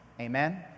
amen